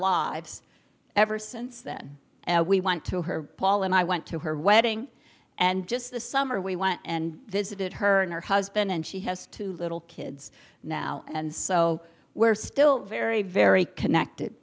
lives ever since then we went to her paul and i went to her wedding and just the summer we went and visited her and her husband and she has two little kids now and so we're still very very connected